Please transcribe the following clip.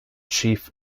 chief